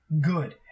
good